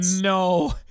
no